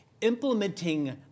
implementing